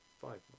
Five